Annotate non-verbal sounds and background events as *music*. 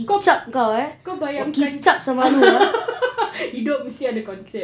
kau kau bayangkan *laughs* hidup mesti ada concept